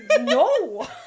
No